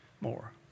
more